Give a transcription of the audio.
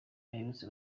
aherutse